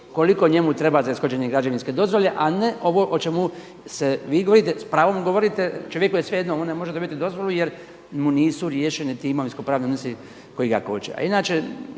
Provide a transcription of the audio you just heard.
koliko njemu treba za ishođenje građevinske dozvole a ne ovo o čemu vi govorite, s pravom mu govorite, čovjeku je svejedno, on ne može dobiti dozvolu jer mu nisu riješeni ti imovinsko pravni odnosi koji ga koče.